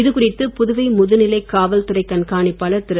இது குறித்து புதுவை முதுநிலை காவல் துறை கண்காணிப்பாளர் திரு